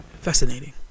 Fascinating